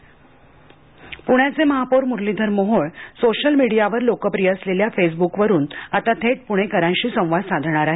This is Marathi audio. प्ण्याचे महापौर प्ण्याचे महापौर म्रलीधर मोहोळ सोशलमीडियावर लोकप्रिय असलेल्या फेसब्क वरून आता थेट प्णेकरांची संवाद साधणार आहेत